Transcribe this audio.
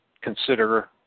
consider